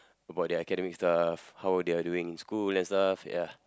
about their academic stuff how they are doing in school and stuff ya